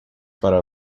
para